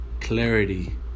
Clarity